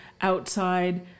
outside